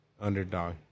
Underdog